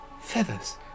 feathers